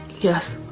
yes.